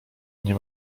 nie